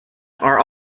are